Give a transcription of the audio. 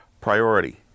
priority